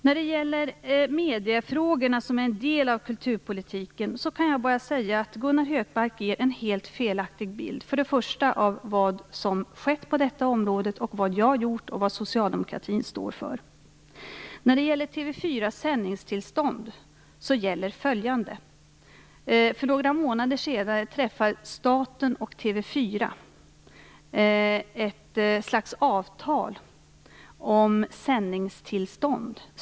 När det gäller mediefrågorna, som är en del av kulturpolitiken, kan jag bara säga att Gunnar Hökmark ger en helt felaktig bild både av vad som skett på detta område, vad jag gjort och vad socialdemokratin står för. När det gäller TV 4:s sändningstillstånd gäller följande. För några månader sedan träffade staten och TV 4 ett slags avtal om sändningstillstånd.